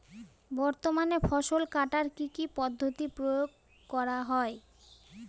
বর্তমানে ফসল কাটার কি কি পদ্ধতি প্রয়োগ করা হয়?